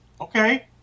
okay